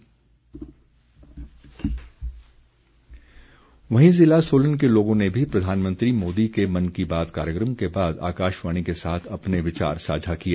प्रतिकिया वहीं ज़िला सोलन के लोगों ने भी प्रधानमंत्री मोदी के मन की बात कार्यक्रम के बाद आकाशवाणी के साथ अपने विचार सांझा किए